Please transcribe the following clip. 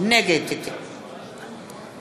נגד